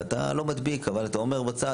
ואתה לא מדביק אבל אתה אומר בצד,